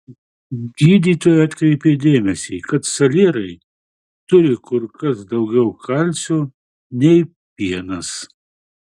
gydytoja atkreipė dėmesį kad salierai turi kur kas daugiau kalcio nei pienas